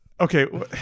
okay